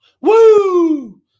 Woo